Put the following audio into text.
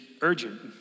urgent